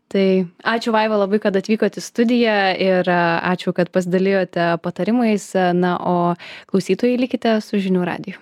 tai ačiū vaiva labai kad atvykot į studiją ir ačiū kad pasidalijote patarimais na o klausytojai likite su žinių radiju